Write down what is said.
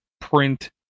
print